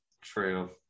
true